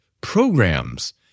programs